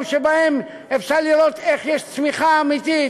שבו אפשר לראות איך יש צמיחה אמיתית,